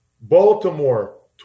Baltimore